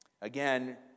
again